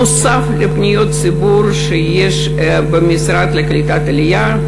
נוסף על מחלקת פניות הציבור שקיימת במשרד לקליטת העלייה,